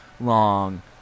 long